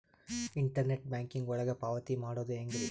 Internet banking ಒಳಗ ಪಾವತಿ ಮಾಡೋದು ಹೆಂಗ್ರಿ?